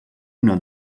una